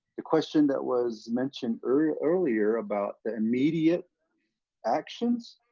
the question that was mentioned earlier, about the immediate actions,